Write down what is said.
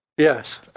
yes